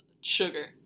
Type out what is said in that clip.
sugar